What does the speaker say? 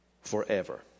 forever